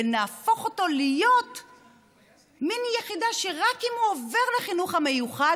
ונהפוך אותו להיות מין יחידה שרק אם הוא עובר לחינוך המיוחד,